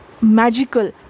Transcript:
magical